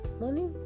Money